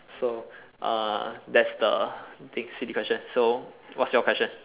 so uh that's the thing silly question so what's your question